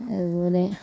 അത്പോലെ